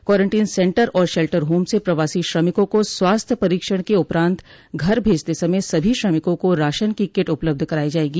quarantine centre और shelter home से प्रवासी श्रमिकों को स्वास्थ्य परीक्षण के उपरान्त घर भेजते समय सभी श्रमिकों को राशन की किट उपलब्ध करायी जायेगी